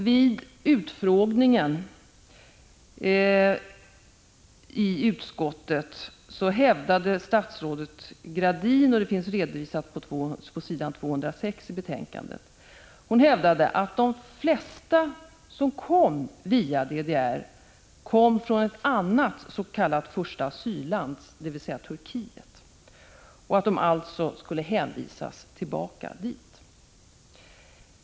Vid utfrågningen i konstitutionsutskottet hävdade statsrådet Gradin — det redovisas på s. 206 i betänkandet — att de flesta som kom via DDR kom från ett annat s.k. första asylland, nämligen Turkiet, och alltså skulle hänvisas tillbaka dit.